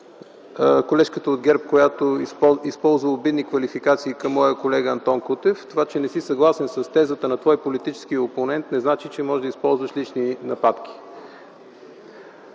колежката от ГЕРБ, която използва обидни квалификации към колегата ми Антон Кутев. Това, че не си съгласен с тезата на своя политически опонент, не означава, че можеш да използваш лични нападки.